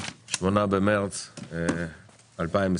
8 במרץ 2022,